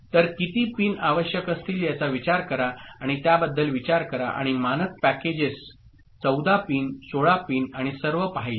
तर किती पिन आवश्यक असतील याचा विचार करा किंवा त्याबद्दल विचार करा आणि मानक पॅकेजेस 14 पिन 16 पिन आणि सर्व पाहिल्या